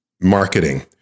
marketing